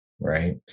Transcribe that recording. Right